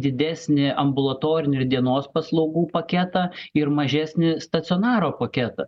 didesnį ambulatorinių dienos paslaugų paketą ir mažesnį stacionaro paketą